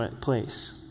place